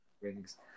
rings